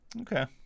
Okay